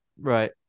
right